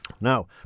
Now